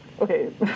okay